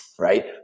Right